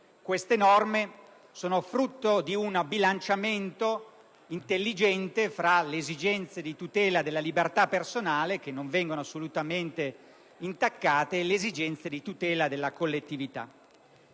tali norme sono frutto di un bilanciamento intelligente fra le esigenze di tutela della libertà personale - che non vengono assolutamente intaccate - e l'esigenza di tutela della collettività.